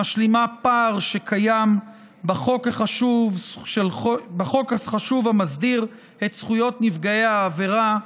המשלימה פער שקיים בחוק החשוב המסדיר את זכויות נפגעי עבירה.